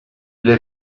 les